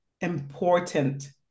important